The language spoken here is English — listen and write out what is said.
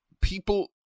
People